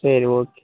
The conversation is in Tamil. சரி ஓகே